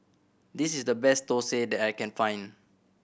this is the best thosai that I can find